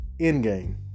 Endgame